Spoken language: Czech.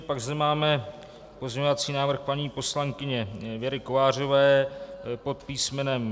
Pak zde máme pozměňovací návrh paní poslankyně Věry Kovářové pod písmenem